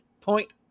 point